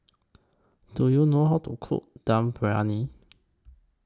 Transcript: Do YOU know How to Cook Dum Briyani